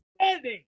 standing